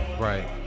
Right